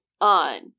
on